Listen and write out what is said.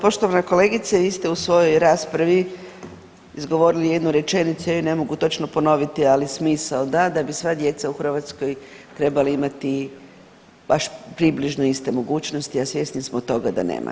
Poštovana kolegice vi ste u svojoj raspravi izgovorili jednu rečenicu, ja ju ne mogu točno ponoviti ali smisao da, da bi sva djeca u Hrvatskoj trebali imati baš približno iste mogućnosti, a svjesni smo toga da nema.